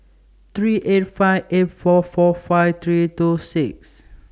three eight five eight four four five three two six